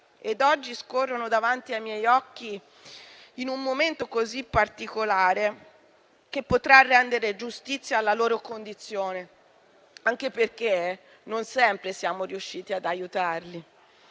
oggi scorrono davanti ai miei occhi in un momento così particolare che potrà rendere giustizia alla loro condizione, anche perché non sempre siamo riusciti ad aiutarli.